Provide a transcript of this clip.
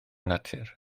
natur